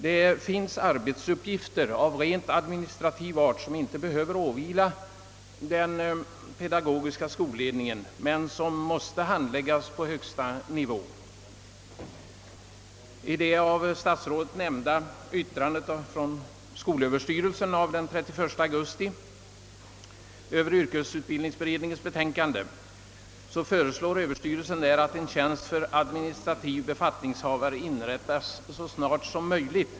Det finns arbetsuppgifter av rent administrativ art som inte behöver åvila den pedagogiska skolledningen men som måste handläggas på högsta nivå. I det av statsrådet omnämnda yttrandet från skolöverstyrelsen — avgivet den 31 augusti i år — över yrkesutbildningsberedningens betänkande föreslår överstyrelsen att en tjänst för administrativ befattningshavare inrättas så snart som möjligt .